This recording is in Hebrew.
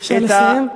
בבקשה לסיים.